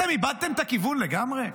אתם איבדתם את הכיוון לגמרי?